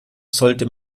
sollte